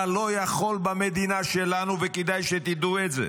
אתה לא יכול, במדינה שלנו, וכדאי שתדעו את זה,